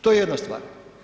To je jedna stvar.